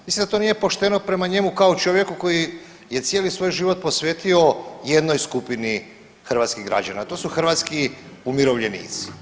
Mislim da to nije pošteno prema njemu kao čovjeku koji je cijeli svoj život posvetio jednoj skupini hrvatskih građana, to su hrvatski umirovljenici.